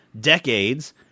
decades